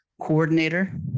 coordinator